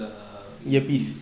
err earpiece